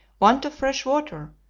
want of fresh water,